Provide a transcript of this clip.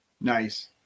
Nice